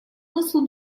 nasıl